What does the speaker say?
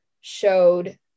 showed